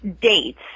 dates